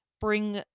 bring